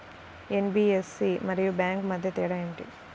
NBFC మరియు bank మధ్య తేడా ఏమిటి?